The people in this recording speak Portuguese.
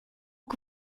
que